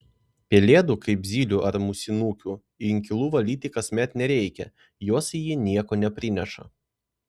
pelėdų kaip zylių ar musinukių inkilų valyti kasmet nereikia jos į jį nieko neprineša